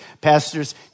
Pastors